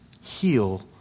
Heal